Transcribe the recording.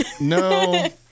No